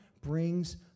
brings